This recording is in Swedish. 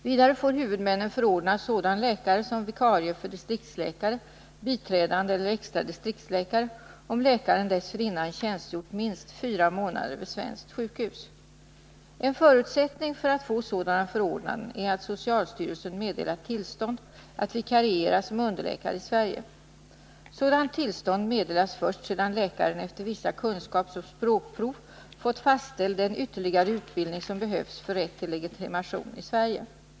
Vidare får huvudmännen förordna sådan läkare som vikarie för distriktsläkare, biträdande eller extra distriktsläkare, om läkaren dessförinnan tjänstgjort minst fyra månader vid svenskt sjukhus. En förutsättning för att få sådana förordnanden är att socialstyrelsen meddelat tillstånd att vikariera som underläkare i Sverige. Sådant tillstånd meddelas först sedan läkaren efter vissa kunskapsoch språkprov fått fastställd den ytterligare utbildning som behövs för rätt till 3 legitimation i Sverige.